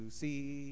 see